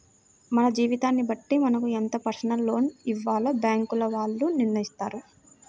మన జీతాన్ని బట్టి మనకు ఎంత పర్సనల్ లోన్ ఇవ్వాలో బ్యేంకుల వాళ్ళు నిర్ణయిత్తారు